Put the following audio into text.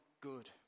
good